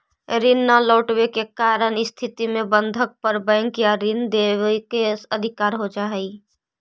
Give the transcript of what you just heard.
ऋण न लौटवे के स्थिति में बंधक पर बैंक या ऋण दावे के अधिकार हो जा हई